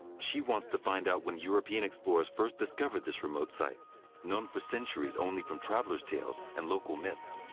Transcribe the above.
she wants to find out when european explorers first discovered this remote site known for centuries only from travelers' tales and local myths.